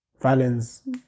violence